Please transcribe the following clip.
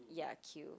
ya queue